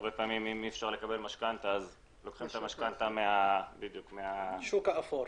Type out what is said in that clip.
שהרבה פעמים אם אי אפשר לקבל משכנתא אז לוקחים את המשכנתא מהשוק האפור,